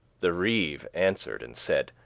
the reeve answer'd and saide,